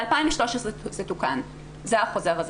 ב-2013 זה תוקן, זה החוזר הזה.